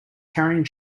carrying